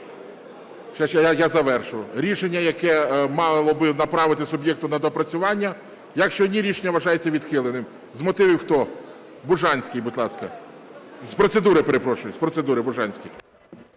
Я завершу. Рішення, яке мало би направити суб'єкту на доопрацювання, якщо ні, рішення вважається відхиленим. З мотивів хто? Бужанський, будь ласка. З процедури, перепрошую, з процедури – Бужанський.